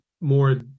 more